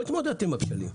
לא התמודדתם על הכשלים.